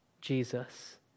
Jesus